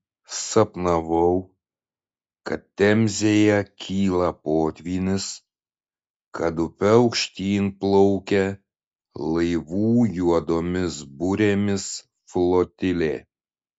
sapnavau kad temzėje kyla potvynis kad upe aukštyn plaukia laivų juodomis burėmis flotilė